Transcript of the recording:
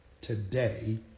Today